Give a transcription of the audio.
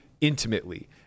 intimately